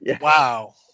Wow